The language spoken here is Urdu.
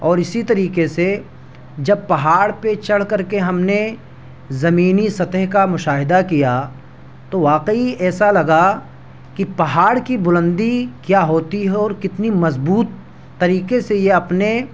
اور اسی طریقے سے جب پہاڑ پہ چڑھ کر کے ہم نے زمینی سطح کا مشاہدہ کیا تو واقعی ایسا لگا کہ پہاڑ کی بلندی کیا ہوتی ہے اور کتنی مضبوط طریقے سے یہ اپنے